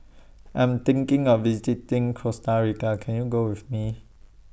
I'm thinking of visiting Costa Rica Can YOU Go with Me